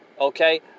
Okay